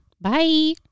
Bye